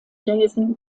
jason